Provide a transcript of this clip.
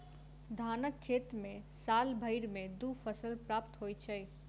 धानक खेत मे साल भरि मे दू फसल प्राप्त होइत छै